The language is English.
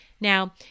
Now